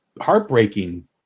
heartbreaking